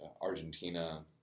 Argentina